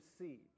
received